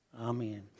Amen